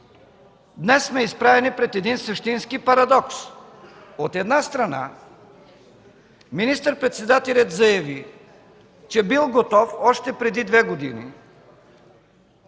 днес сме изправени пред един същински парадокс – от една страна министър-председателят заяви, че бил готов още преди две години